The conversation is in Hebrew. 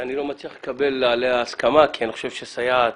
שאני לא מצליח לקבל עליה הסכמה כי אני חושב שסייעת